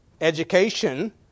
Education